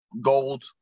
gold